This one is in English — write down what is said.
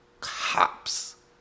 Cops